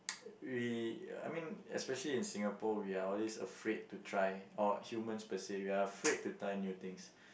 we I mean especially in Singapore we are always afraid to try or humans per se we are afraid to try new things